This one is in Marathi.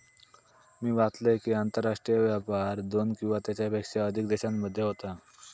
मी वाचलंय कि, आंतरराष्ट्रीय व्यापार दोन किंवा त्येच्यापेक्षा अधिक देशांमध्ये होता